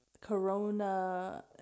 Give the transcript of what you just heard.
Corona